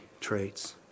traits